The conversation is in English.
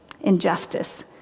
Injustice